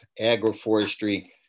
agroforestry